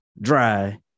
dry